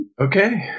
Okay